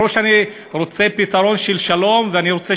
ברור שאני רוצה פתרון של שלום ואני רוצה